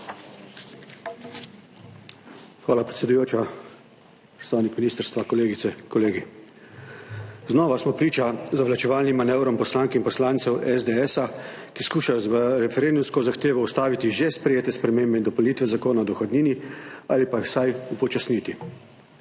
Hvala, predsedujoča. Predstavniki ministrstva, kolegice, kolegi! Znova smo priče zavlačevalnim manevrom poslank in poslancev SDS, ki skušajo z referendumsko zahtevo ustaviti že sprejete spremembe in dopolnitve Zakona o dohodnini ali pa jih vsaj upočasniti.